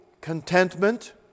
contentment